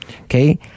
Okay